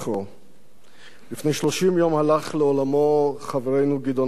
לפני 30 יום הלך חברנו גדעון עזרא, והוא בן 75,